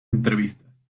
entrevistas